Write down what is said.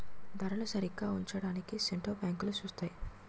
ధరలు సరిగా ఉంచడానికి సెంటర్ బ్యాంకులు సూత్తాయి